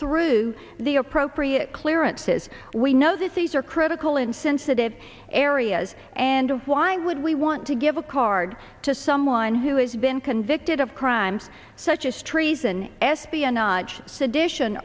through the appropriate clearances we know that seas are critical in sensitive areas and why would we want to give a card to someone who has been convicted of crimes such as treason espionage s